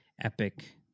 epic